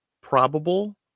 probable